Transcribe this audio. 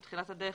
בתחילת הדרך,